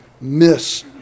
miss